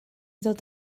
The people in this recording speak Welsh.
dod